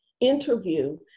interview